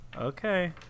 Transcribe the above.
Okay